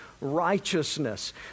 righteousness